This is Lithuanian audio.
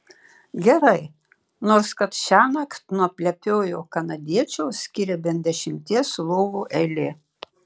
gerai nors kad šiąnakt nuo plepiojo kanadiečio skiria bent dešimties lovų eilė